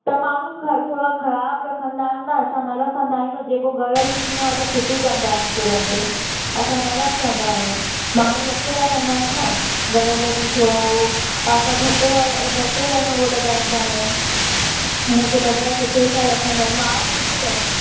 त माण्हू ख थोरा ख़राब रखंदा आहिनि ना असां न रखंदा आहिनि न जेको गरियल हूंदो आहे असां फिटी कंदा आहियूं तुरंत असां न रखंदा आहियूं माण्हू रखे रखंदा आहिनि न गरियल बि थोरो असां घटि यानि उहो लॻंदा आहियूं हुनखे बढ़िया सुठे सां रखंदा आहियूं माल सुठो रखंदा आहियूं